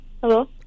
hello